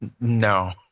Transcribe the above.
No